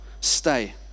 stay